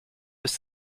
ist